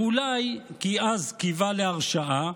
ואולי כי אז קיווה להרשעה,